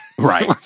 Right